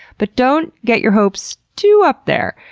but don't get your hopes too up there.